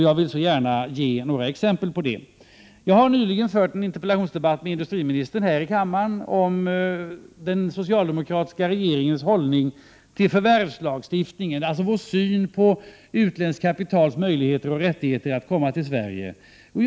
Jag vill gärna ge några exempel på det. Jag har nyligen fört en interpellationsdebatt här i kammaren med industriministern om den socialdemokratiska regeringens hållning till förvärvslagstiftningen, alltså vår syn på utländskt kapitals möjligheter och rättigheter när det gäller att komma till Sverige.